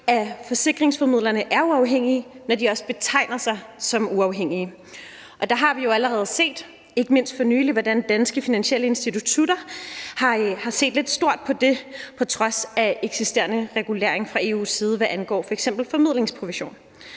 at forsikringsformidlerne er uafhængige, når de også betegner sig som uafhængige. Og der har vi jo allerede set, ikke mindst for nylig, hvordan danske finansielle institutter har set lidt stort på det på trods af eksisterende regulering fra EU's side, hvad angår f.eks. formidlingsprovision.